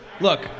look